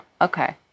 Okay